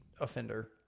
offender